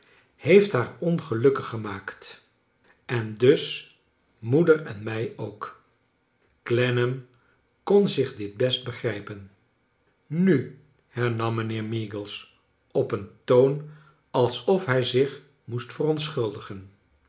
heeft haar ongelukkig gemaakt en dus moeder en mij ook clennam kon zich dit best begrijpen nu hernam mijnheer meagles op een toon alsof hij zich moest verontschuldigeii